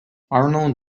arnold